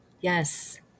yes